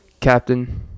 Captain